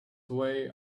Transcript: way